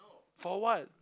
for what